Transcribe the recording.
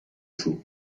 shoe